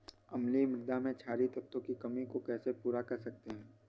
अम्लीय मृदा में क्षारीए तत्वों की कमी को कैसे पूरा कर सकते हैं?